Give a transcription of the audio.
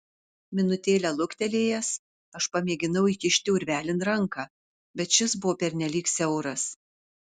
minutėlę luktelėjęs aš pamėginau įkišti urvelin ranką bet šis buvo pernelyg siauras